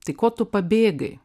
tai ko tu pabėgai